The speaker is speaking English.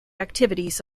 activities